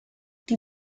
die